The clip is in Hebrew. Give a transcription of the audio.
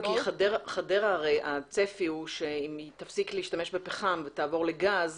הצפי בחדרה שאם היא תפסיק להשתמש בפחם ותעבור לגז,